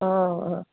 অঁ অঁ